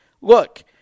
look